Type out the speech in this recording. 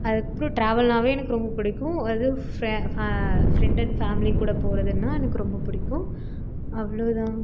அதுக்கப்புறம் டிராவல்னாலே எனக்கு ரொம்ப பிடிக்கும் அது ஃப்ரெண்ட் அண்ட் ஃபேமிலி கூட போகிறதுன்னா எனக்கு ரொம்ப பிடிக்கும் அவ்வளோ தான்